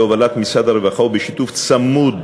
בהובלת משרד הרווחה ובשיתוף צמוד